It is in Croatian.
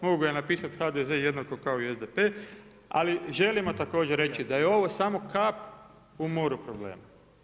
Mogao ga je napisati HDZ jednako kao i SDP, ali želimo također reći da je ovo samo kap u moru problema.